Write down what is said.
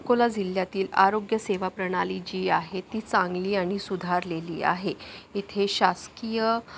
अकोला जिल्ह्यातील आरोग्य सेवा प्रणाली जी आहे ती चांगली आणि सुधारलेली आहे इथे शासकीय